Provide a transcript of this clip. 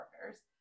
partners